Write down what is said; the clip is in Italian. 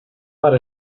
far